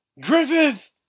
Griffith